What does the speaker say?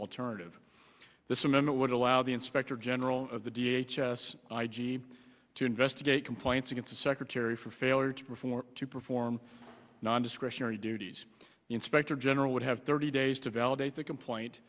alternative this amendment would allow the inspector general of the d h s s i g to investigate complaints against for failure to perform to perform non discretionary duties the inspector general would have thirty days to validate the complaint